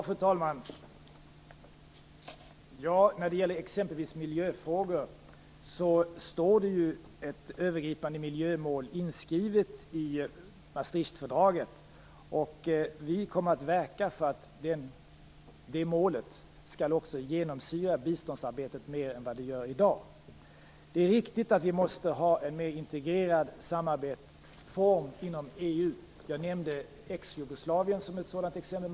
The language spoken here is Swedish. Fru talman! När det gäller exempelvis miljöfrågor finns ju ett övergripande miljömål inskrivet i Maastrichtfördraget. Vi kommer att verka för att detta mål skall genomsyra biståndsarbetet mer än vad det gör i dag. Det är riktigt att vi måste ha en mer integrerad samarbetsform inom EU. Jag nämnde ex-Jugoslavien som ett sådant exempel.